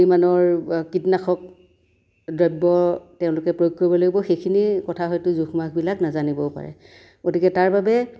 পৰিমাণৰ কীটনাশক দ্ৰব্য তেওঁলোকে প্ৰয়োগ কৰিব লাগিব সেইখিনি কথা হয়তো জোখ মাখবিলাক নাজানিবও পাৰে গতিকে তাৰ বাবে